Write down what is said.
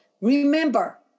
Remember